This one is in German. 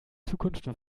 zukunft